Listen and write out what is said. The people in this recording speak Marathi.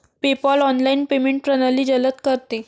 पेपाल ऑनलाइन पेमेंट प्रणाली जलद करते